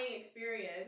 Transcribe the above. experience